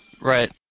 right